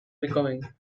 becoming